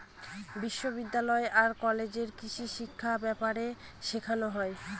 বিশ্ববিদ্যালয় আর কলেজে কৃষিশিক্ষা ব্যাপারে শেখানো হয়